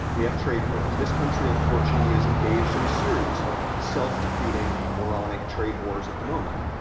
we have trade wars. this country, unfortunately, is engaged in a series of self-defeating moronic trade wars at the moment.